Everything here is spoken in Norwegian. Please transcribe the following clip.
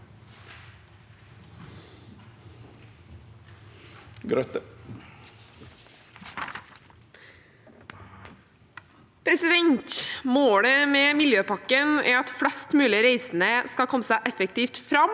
Målet med Miljø- pakken er at flest mulig reisende skal komme seg effektivt fram,